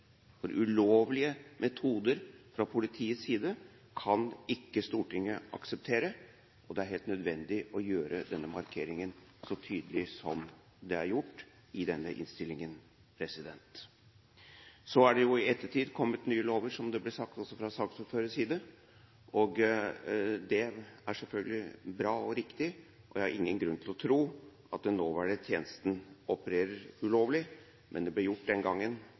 for ulovlige metoder fra politiets side kan ikke Stortinget akseptere. Det er helt nødvendig å gjøre denne markeringen så tydelig som det er gjort i denne innstillingen. Så er det i ettertid kommet nye lover, som det også ble sagt fra saksordførerens side. Det er selvfølgelig bra og riktig, og jeg har ingen grunn til å tro at den nåværende tjenesten opererer ulovlig. Men det ble gjort den gangen,